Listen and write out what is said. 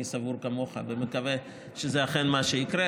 אני סבור כמוך ומקווה שזה אכן מה שיקרה,